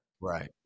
Right